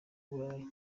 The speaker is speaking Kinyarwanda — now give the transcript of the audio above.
burayi